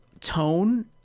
tone